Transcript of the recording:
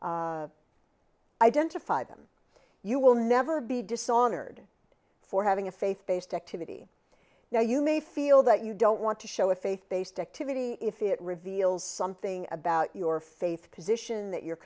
identify them you will never be dishonored for having a faith based activity now you may feel that you don't want to show a faith based activity if it reveals something about your faith position that you're